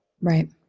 right